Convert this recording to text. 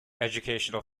educational